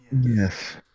Yes